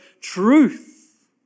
truth